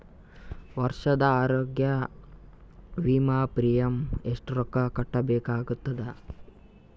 ವರ್ಷದ ಆರೋಗ್ಯ ವಿಮಾ ಪ್ರೀಮಿಯಂ ಎಷ್ಟ ರೊಕ್ಕ ಕಟ್ಟಬೇಕಾಗತದ?